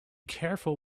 careful